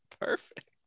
Perfect